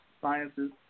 sciences